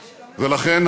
יש גם אלה,